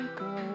go